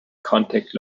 contact